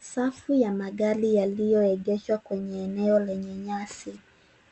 Safu ya magari yaliyoegeswa kwenye eneo lenye nyasi.